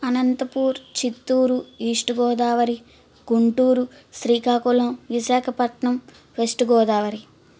Anantapur Chittoor east Godavari Guntur Srikakulam Visakhapatnam west Godavari